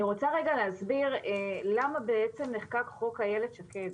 אני רוצה רגע להסביר למה בעצם נחקק חוק איילת שקד,